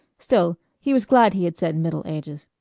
still, he was glad he had said middle ages.